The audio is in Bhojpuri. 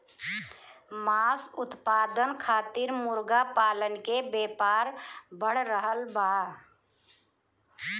मांस उत्पादन खातिर मुर्गा पालन के व्यापार बढ़ रहल बा